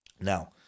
now